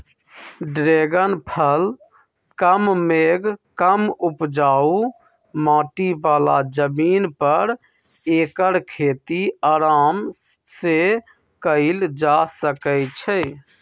dragon फल कम मेघ कम उपजाऊ माटी बला जमीन पर ऐकर खेती अराम सेकएल जा सकै छइ